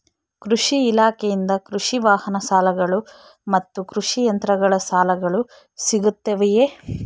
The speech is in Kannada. ಕೃಷಿ ಇಲಾಖೆಯಿಂದ ಕೃಷಿ ವಾಹನ ಸಾಲಗಳು ಮತ್ತು ಕೃಷಿ ಯಂತ್ರಗಳ ಸಾಲಗಳು ಸಿಗುತ್ತವೆಯೆ?